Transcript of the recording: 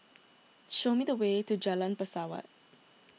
show me the way to Jalan Pesawat